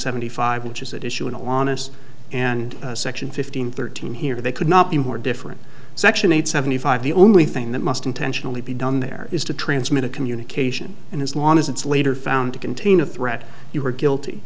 seventy five which is at issue in all honesty and section fifteen thirteen here they could not be more different section eight seventy five the only thing that must intentionally be done there is to transmit a communication and as long as it's later found to contain a threat you are guilty